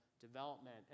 development